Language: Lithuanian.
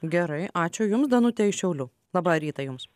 gerai ačiū jums danutė iš šiaulių labą rytą jums